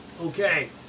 Okay